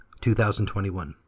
2021